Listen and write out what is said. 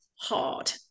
hard